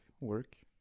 work